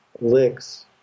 licks